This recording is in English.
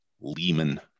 Lehman